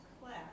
class